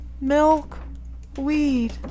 milkweed